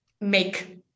make